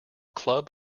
club